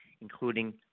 including